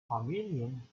familien